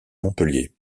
montpellier